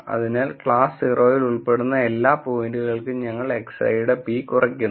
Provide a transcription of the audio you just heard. അതിനാൽ ക്ലാസ് 0 ൽ ഉൾപ്പെടുന്ന എല്ലാ പോയിന്റുകൾക്കും ഞങ്ങൾ xi യുടെ p കുറയ്ക്കുന്നു